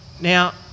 Now